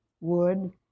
wood